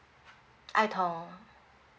ai tong